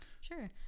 Sure